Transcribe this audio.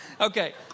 Okay